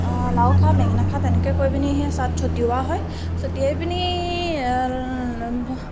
লাও খা বেঙেনা খা তেনেকৈ কৈ পিনিহে চাত চটিওৱা হয় চটিয়াই পিনি